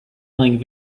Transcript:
playing